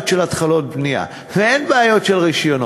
של התחלות בנייה ואין בעיות של רישיונות.